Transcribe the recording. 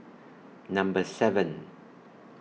Number seven